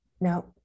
No